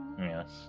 Yes